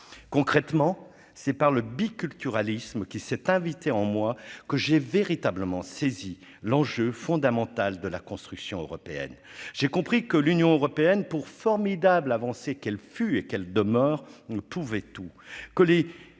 concrètement c'est par le bi-culturalisme qui s'est invitée en moi, que j'ai véritablement saisi l'enjeu fondamental de la construction européenne, j'ai compris que l'Union européenne pour formidable avancée qu'elle fut, et elle de morts ne pouvait tout